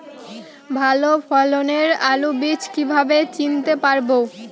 ভালো ফলনের আলু বীজ কীভাবে চিনতে পারবো?